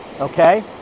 okay